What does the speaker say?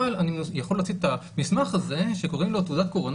אבל אני יכול להוציא את המסמך הזה שקוראים לו תעודת קורונה